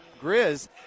Grizz